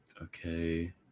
Okay